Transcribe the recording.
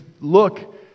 look